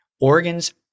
organs